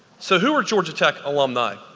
so who are georgia tech alumni?